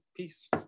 Peace